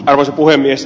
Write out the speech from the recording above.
arvoisa puhemies